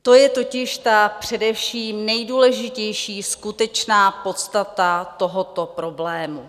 To je totiž ta především nejdůležitější skutečná podstata tohoto problému.